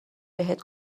بهت